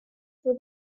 for